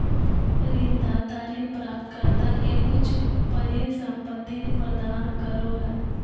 ऋणदाता ऋण प्राप्तकर्ता के कुछ परिसंपत्ति प्रदान करो हइ